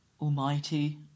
Almighty